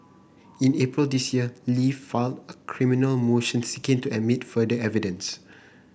in April this year Li filed a criminal motion seeking to admit further evidence